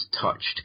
touched